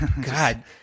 God